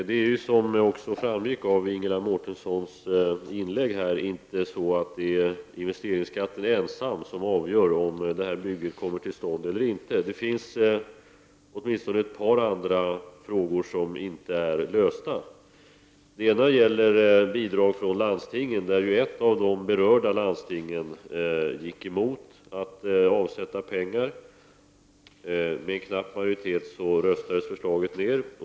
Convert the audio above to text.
Herr talman! Som också framgick av Ingela Mårtenssons inlägg är det inte investeringsskatten ensam som avgör om bygget kommer till stånd eller inte. Det finns åtminstone ett par andra frågor som inte är lösta. Den ena är bidragen från landstingen. Ett av de berörda landstingen gick emot att avsätta pengar. Med knapp majoritet röstades förslaget ned.